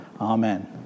Amen